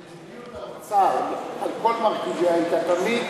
מדיניות האוצר על כל מרכיביה הייתה תמיד